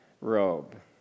robe